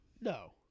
No